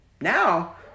now